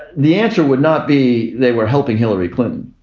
the answer would not be they were helping hillary clinton